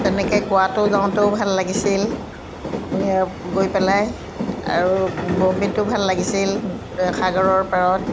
তেনেকৈ গোৱাটো যাওঁতেও ভাল লাগিছিল গৈ পেলাই আৰু বম্বেটো ভাল লাগিছিল সাগৰৰ পাৰত